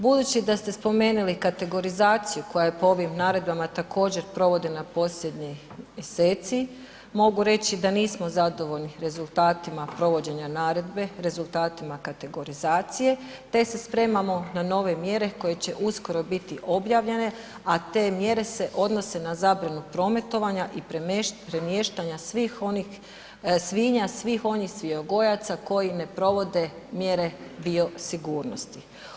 Budući da ste spomenuli kategorizaciju koja po ovim naredbama također provodi na posljednjih mjeseci mogu reći da nismo zadovoljni rezultatima provođenja naredbe, rezultatima kategorizacije te se spremamo na nove mjere koje će uskoro biti objavljene a te mjere se odnose na zabranu prometovanja i premještanja svih onih svinja, svih onih svinjogojaca koji ne provode mjere biosigurnosti.